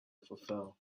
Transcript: fulfill